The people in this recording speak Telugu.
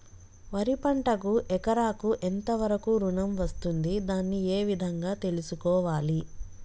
వరి పంటకు ఎకరాకు ఎంత వరకు ఋణం వస్తుంది దాన్ని ఏ విధంగా తెలుసుకోవాలి?